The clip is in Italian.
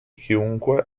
chiunque